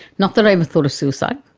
not that i ever thought of suicide